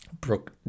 Brooke